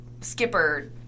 Skipper